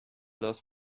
lost